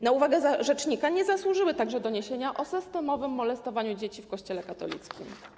Na uwagę rzecznika nie zasłużyły także doniesienia o systemowym molestowaniu dzieci w Kościele katolickim.